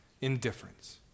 indifference